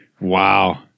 Wow